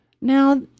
Now